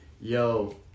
Yo